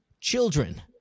children